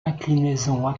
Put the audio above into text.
inclinaison